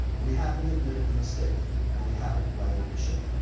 we haven't admitted the mistake and we haven't righted the ship,